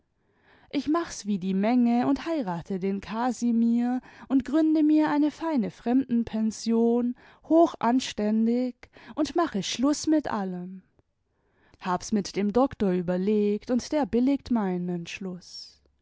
ich mach s wie die menge und heirate den casimir und gründe mir eine feine fremdenpension hochanständig und mache schluß mit allem hab's mit dem doktor überlegt und der billigt meinen